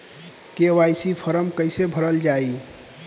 KYC form कइसे भरल जाइ?